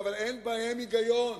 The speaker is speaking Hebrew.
אבל אין בהם היגיון.